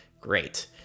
Great